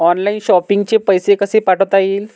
Online shopping चे पैसे कसे पाठवता येतील?